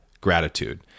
gratitude